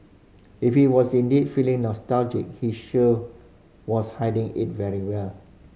if he was indeed feeling nostalgic he sure was hiding it very well